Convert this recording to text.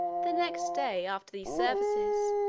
the next day after these services,